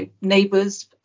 neighbours